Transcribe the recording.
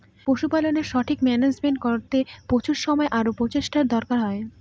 পশুপালকের সঠিক মান্যাজমেন্ট করতে প্রচুর সময় আর প্রচেষ্টার দরকার হয়